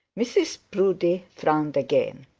mrs proudie frowned again.